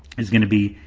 is gonna be,